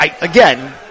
Again